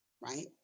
right